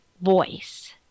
voice